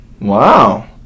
Wow